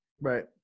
Right